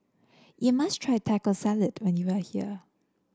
you must try Taco Salad when you are here